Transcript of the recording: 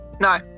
no